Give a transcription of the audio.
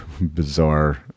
bizarre